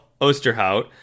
Osterhout